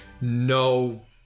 No